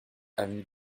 avenue